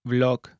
Vlog